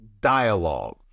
dialogue